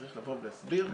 צריך להסביר,